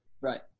Right